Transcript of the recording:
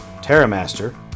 Terramaster